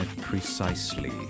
precisely